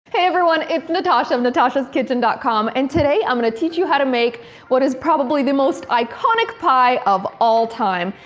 hey everyone, it's natasha of natashaskitchen com. and today i'm gonna teach you how to make what is probably the most iconic pie of all time.